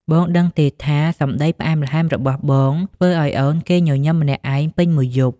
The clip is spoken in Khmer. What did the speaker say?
បងដឹងទេថា សម្តីផ្អែមល្ហែមរបស់បង ធ្វើឱ្យអូនគេងញញឹមម្នាក់ឯងពេញមួយយប់?